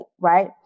right